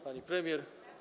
Pani Premier!